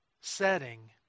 setting